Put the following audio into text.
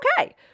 okay